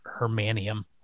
Hermanium